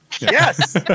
Yes